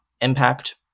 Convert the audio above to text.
impact